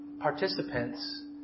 participants